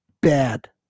Bad